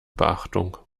beachtung